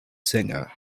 singer